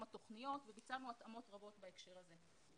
התכניות וביצענו התאמות רבות בהקשר הזה.